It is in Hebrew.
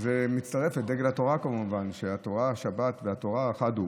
וזה מצטרף לדגל התורה כמובן, שהשבת והתורה חד הוא.